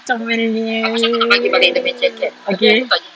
comelnya okay